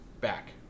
back